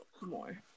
more